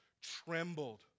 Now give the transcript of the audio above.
trembled